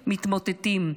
מתמוטטים.